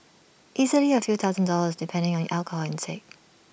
easily A few thousand dollars depending on your alcohol intake